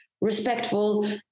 respectful